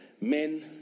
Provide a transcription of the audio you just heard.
men